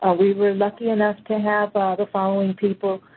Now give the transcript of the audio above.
ah we were lucky enough to have ah the following people.